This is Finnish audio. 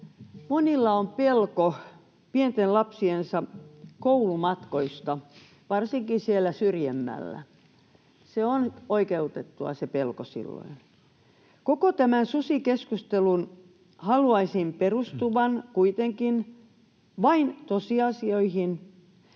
monilla on pelko pienten lapsiensa koulumatkoista, varsinkin siellä syrjemmällä. Se pelko on oikeutettua silloin. Koko tämän susikeskustelun haluaisin perustuvan kuitenkin vain tosiasioihin.